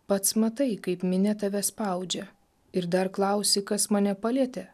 pats matai kaip minia tave spaudžia ir dar klausi kas mane palietė